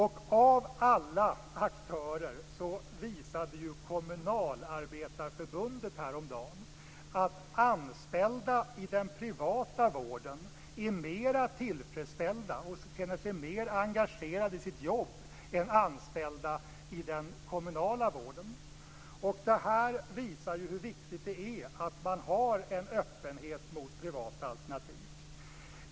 Kommunalarbetareförbundet av alla aktörer visade ju häromdagen att anställda i den privata vården är mer tillfredsställda och känner sig mer engagerade i sina jobb än anställda i den kommunala vården. Det här visar hur viktigt det är att man har en öppenhet för privata alternativ.